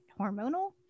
hormonal